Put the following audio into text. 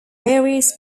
varies